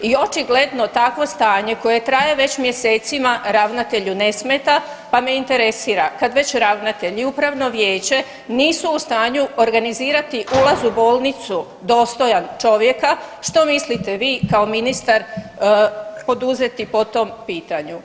I očigledno takvo stanje koje traje već mjesecima ravnatelju ne smeta, pa me interesira kad već ravnatelj i upravno vijeće nisu u stanju organizirati ulaz u bolnicu dostojan čovjeka što mislite vi kao ministar poduzeti po tom pitanju?